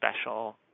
special